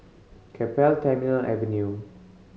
Keppel Terminal Avenue